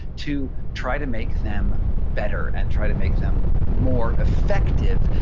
to try to make them better and try to make them more effective.